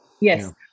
Yes